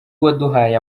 waduhaye